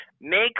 Make